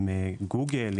עם גוגל,